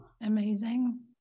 Amazing